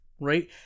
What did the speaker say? right